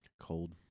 Cold